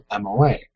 MOA